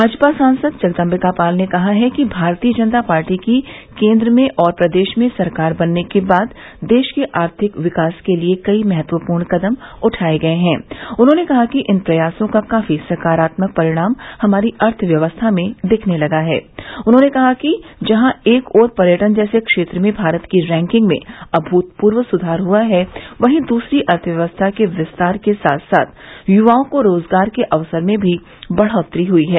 भाजपा सांसद जगदम्बिका पाल ने कहा है कि भारतीय जनता पार्टी की केन्द्र में और प्रदेश में सरकार बनने के बाद देश के आर्थिक विकास के लिये कई महत्वपूर्ण कदम उठाये गये है उन्होंने कहा कि इन प्रयासों का काफी सकारात्मक परिणाम हमारी अर्थ व्यवस्था में दिखने लगा है उन्होंने कहा कि जहां एक ओर पर्यटन जैसे क्षेत्र में भारत की रैकिंग में अभूतपूर्व सुधार हुआ है वहीं दूसरी तरफ अर्थव्यवस्था के विसतार के साथ साथ युवाओं को रोजगार के अवसर में भी बढ़ोत्तरी हुई है